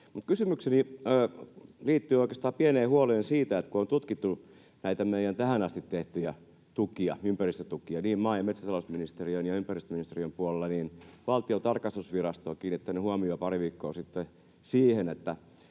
Kysymykseni liittyy oikeastaan pieneen huoleen siitä, että kun on tutkittu näitä meidän tähän asti tehtyjä ympäristötukia niin maa- ja metsätalousministeriön kuin ympäristöministeriön puolella, niin Valtion tarkastusvirasto on kiinnittänyt huomiota pari viikkoa sitten siihen,